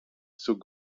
zur